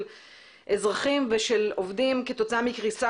של אזרחים ושל עובדים כתוצאה מקריסה